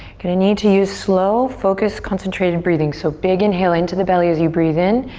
gonna need to use slow, focused, concentrated breathing. so big inhale into the belly as you breathe in,